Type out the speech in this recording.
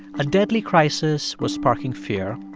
a deadly crisis was sparking fear.